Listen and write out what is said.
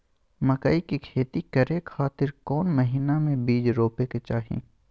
मकई के खेती करें खातिर कौन महीना में बीज रोपे के चाही?